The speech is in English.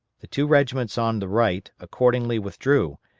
the two regiments on the right accordingly withdrew,